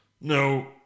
no